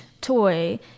toy